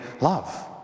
love